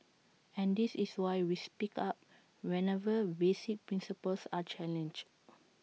and this is why we speak up whenever basic principles are challenged